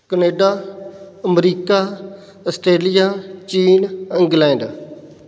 Canada America Australia ਚੀਨ England